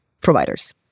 providers